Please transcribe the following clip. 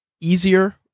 easier